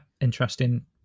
Interesting